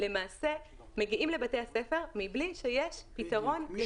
למעשה מגיעים לבית הספר מבלי שיש פתרון לשמירה על בטיחותם.